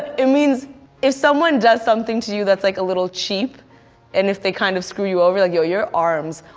it means if someone does something to you that's like a little cheap and if they kind of screw you over. like, yo you're arms.